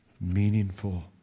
meaningful